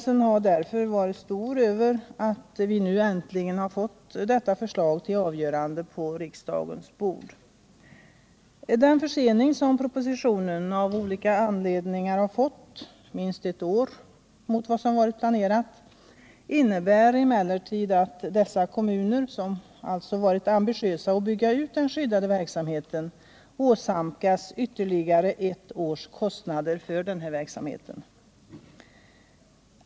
Det är därför tillfredsställande att vi äntligen har fått detta förslag till avgörande på riksdagens bord. Det av olika anledningar försenade framläggandet av propositionen, minst ett år mot vad som var planerat, innebär emellertid att de kommuner som varit ambitiösa att bygga ut den skyddade verksamheten åsamkas ytterligare ett års kostnader för den.